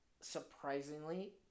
surprisingly